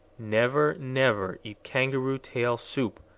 never, never eat kangaroo-tail soup!